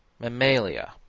mammalia,